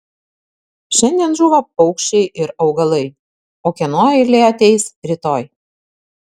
šiandien žūva paukščiai ir augalai o kieno eilė ateis rytoj